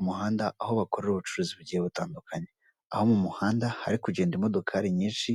Umuhanda ukoze neza hagati harimo umurongo w'umweru wihese,